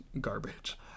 garbage